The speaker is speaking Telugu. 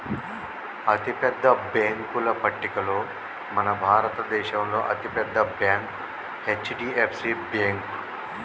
అతిపెద్ద బ్యేంకుల పట్టికలో మన భారతదేశంలో అతి పెద్ద బ్యాంక్ హెచ్.డి.ఎఫ్.సి బ్యేంకు